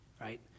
Right